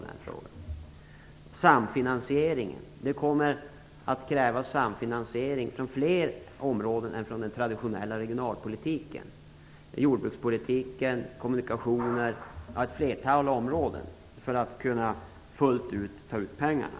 Det kommer vidare att krävas en samfinansiering på fler områden än det som den traditionella regionalpolitiken avser. Häri måste inbegripas jordbrukspolitiken, kommunikationer och ett flertal andra områden för att vi fullt ut skall kunna ta ut pengarna.